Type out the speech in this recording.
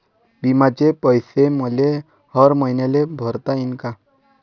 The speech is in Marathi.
बिम्याचे पैसे मले हर मईन्याले भरता येईन का?